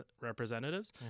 representatives